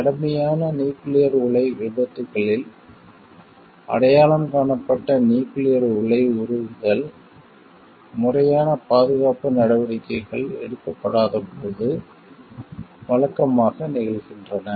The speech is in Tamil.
கடுமையான நியூக்கிளியர் உலை விபத்துக்களில் அடையாளம் காணப்பட்ட நியூக்கிளியர் உலை உருகுதல்கள் முறையான பாதுகாப்பு நடவடிக்கைகள் எடுக்கப்படாதபோது வழக்கமாக நிகழ்கின்றன